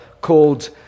called